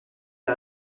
est